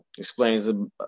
explains